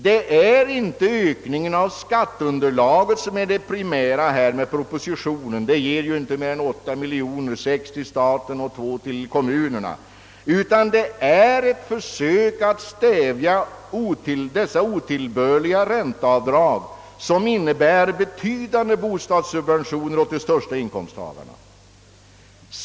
Det är inte ökningen av skatteunderlaget som är det primära motivet för propositionen — det gäller ju inte mer än 8 miljoner, 6 till staten och 2 till kommunerna — utan det är ett försök att stävja dessa otillbörliga ränteavdrag som innebär betydande bostadssubventioner åt de största inkomsttagarna.